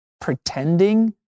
pretending